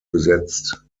besetzt